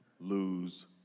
lose